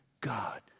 God